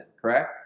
correct